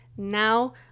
Now